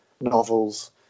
novels